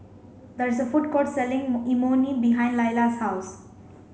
there is a food court selling Imoni behind Lailah's house